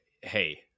Hey